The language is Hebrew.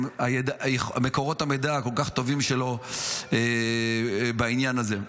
את מקורות המידע הכל-כך טובים שלו בעניין הזה.